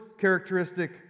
characteristic